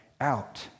out